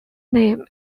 name